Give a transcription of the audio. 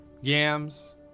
yams